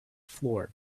floor